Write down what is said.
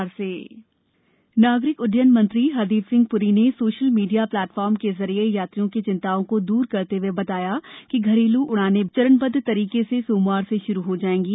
pre अंतर्राष्ट्रीय उड़ान नागरिक उड्डयन मंत्री हरदीप सिंह पुरी ने सोशल मीडिया प्लेटफार्म के जरिये यात्रियों की चिंताओं को दूर करते हुए बताया कि घरेलू उड़ाने चरणबद्व तरीके से सोमवार से शुरू हो जाएंगी